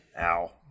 Ow